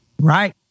right